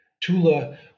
Tula